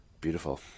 Beautiful